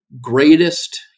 greatest